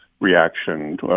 reaction